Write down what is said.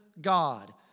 God